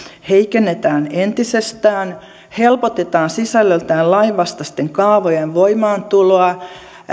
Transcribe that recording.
heikennetään entisestään helpotetaan sisällöltään lainvastaisten kaavojen voimaantuloa